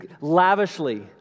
lavishly